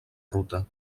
ruta